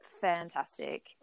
fantastic